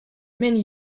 many